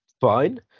fine